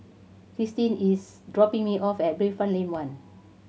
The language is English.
Krystin is dropping me off at Bayfront Lane One